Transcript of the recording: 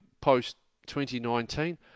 post-2019